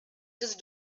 just